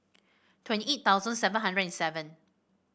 twenty eight thousand seven hundred and seven